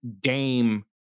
game